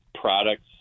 products